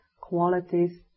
qualities